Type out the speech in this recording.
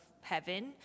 heaven